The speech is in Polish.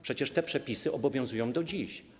Przecież te przepisy obowiązują do dziś.